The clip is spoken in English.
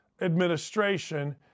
administration